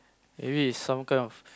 maybe it's some kind of